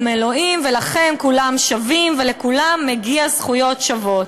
אלוהים" ולכן כולם שווים ולכולם מגיעות זכויות שוות.